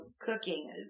cooking